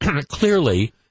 clearly